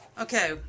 Okay